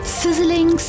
sizzling